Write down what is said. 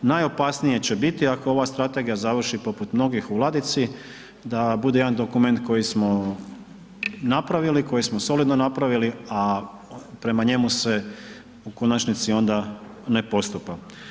Najopasnije će biti ako ova Strategija završi poput mnogih u ladici da bude jedan dokument koji smo napravili, koji smo solidno napravili, a prema njemu se u konačnici onda ne postupa.